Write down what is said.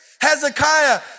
Hezekiah